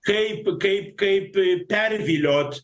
kaip kaip kaip perviliot